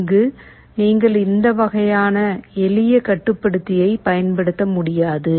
அங்கு நீங்கள் இந்த வகையான எளிய கட்டுப்படுத்தியைப் பயன்படுத்த முடியாது